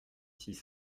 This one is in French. six